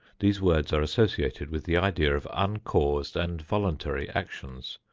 these words are associated with the idea of uncaused and voluntary actions.